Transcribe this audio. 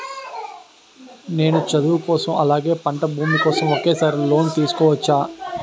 నేను చదువు కోసం అలాగే పంట భూమి కోసం ఒకేసారి లోన్ తీసుకోవచ్చా?